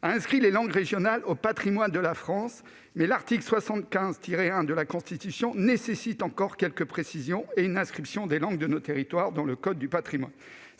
a inscrit les langues régionales au patrimoine de la France, mais l'article 75-1 de la Constitution nécessite encore quelques précisions, de même que les langues de nos territoires doivent être inscrites